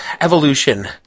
evolution